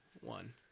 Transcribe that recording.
one